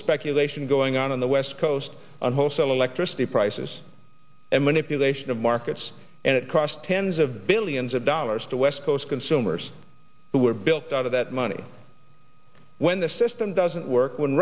speculation going on on the west coast on wholesale electricity prices and manipulation of markets and it cost tens of billions of dollars to west coast consumers that were built out of that money when the system doesn't work when